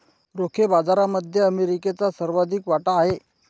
रोखे बाजारामध्ये अमेरिकेचा सर्वाधिक वाटा आहे